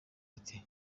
ati